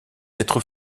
être